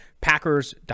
Packers